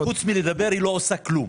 חוץ מלדבר היא לא עושה כלום.